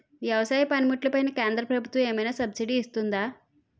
వ్యవసాయ పనిముట్లు పైన కేంద్రప్రభుత్వం ఏమైనా సబ్సిడీ ఇస్తుందా?